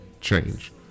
change